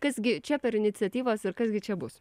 kas gi čia per iniciatyvos ir kas gi čia bus